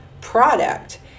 product